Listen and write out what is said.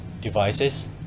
devices